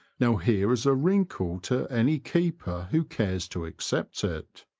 now here is a wrinkle to any keeper who cares to accept it.